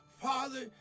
Father